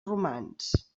romans